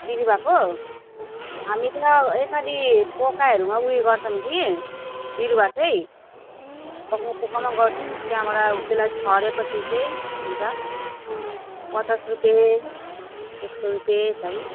बिरुवाको हामी त यसरी पोकाहरूमा उयो गर्छौँ कि बिरुवा चाहिँ गर्छौँ त्यहाँबाट त्यसलाई छरेपछि चाहिँ हुन्छ पचास रुपियाँ एक सौ रुपियाँ यसरी